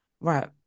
Right